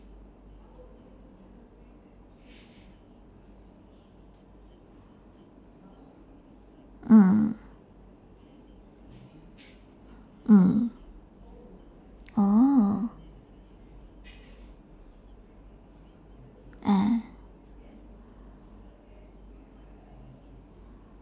mm mm oh ah